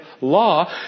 law